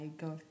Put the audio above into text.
go